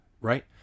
Right